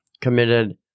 committed